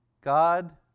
God